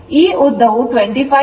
52 ಆಗಿರುತ್ತದೆ